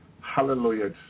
Hallelujah